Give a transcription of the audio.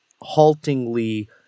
haltingly